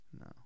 No